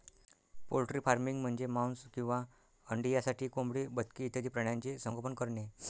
poultry farming म्हणजे मांस किंवा अंडी यासाठी कोंबडी, बदके इत्यादी प्राण्यांचे संगोपन करणे